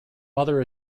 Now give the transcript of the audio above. mother